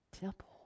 temple